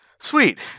Sweet